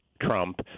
Trump